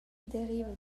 deriva